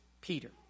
Peter